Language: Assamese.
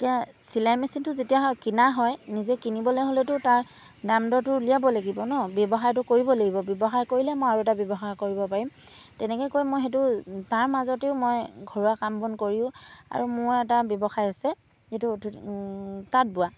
এতিয়া চিলাই মেচিনটো যেতিয়া হয় কিনা হয় নিজে কিনিবলৈ হ'লেতো তাৰ দাম দৰতো উলিয়াব লাগিব ন ব্যৱসায়টো কৰিব লাগিব ব্যৱসায় কৰিলে মই আৰু এটা ব্যৱসায় কৰিব পাৰিম তেনেকৈ কৈ মই সেইটো তাৰ মাজতেও মই ঘৰুৱা কাম বন কৰিও আৰু মোৰ এটা ব্যৱসায় আছে এইটো তাঁত বোৱা